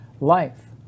life